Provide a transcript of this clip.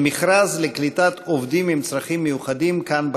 של מכרז לקליטת עובדים עם צרכים מיוחדים כאן,